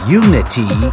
unity